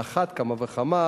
על אחת כמה וכמה